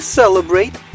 celebrate